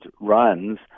runs